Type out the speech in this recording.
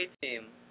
team